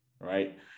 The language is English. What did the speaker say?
right